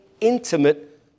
intimate